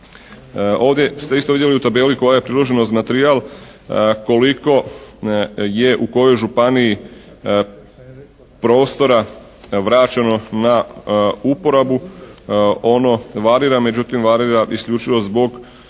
Ovdje ste isto vidjeli u tabeli koja je priložena uz materijal koliko je u kojoj županiji prostora vraćeno na uporabu. Ono varira. Međutim varira isključivo zbog